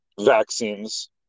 vaccines